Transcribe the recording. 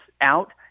out